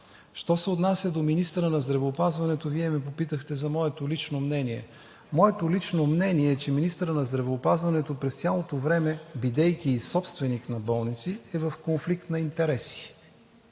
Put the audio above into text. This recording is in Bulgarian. Що се отнася до министъра на здравеопазването – Вие ме попитахте за моето лично мнение. Моето лично мнение е, че министърът на здравеопазването през цялото време, бидейки и собственик на болници, е в конфликт на интереси,